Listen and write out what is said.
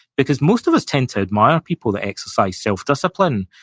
because most of us tend to admire people that exercise self-discipline,